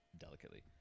delicately